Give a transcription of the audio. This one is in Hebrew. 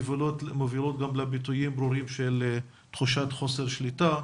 מובילות גם לביטויים ברורים של תחושת חוסר שליטה,